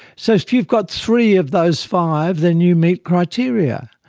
so if you've got three of those five then you meet criteria.